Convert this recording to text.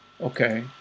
Okay